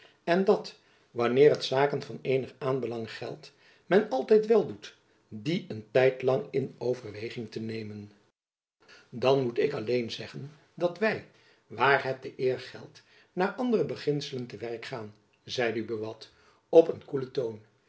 en dat wanneer het zaken van eenig aanbelang geldt men altijd wel doet die een tijd lang in overweging te nemen jacob van lennep elizabeth musch dan moet ik alleen zeggen dat wy waar het de eer geldt naar andere beginselen te werk gaan zeide buat op een koelen toon